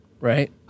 right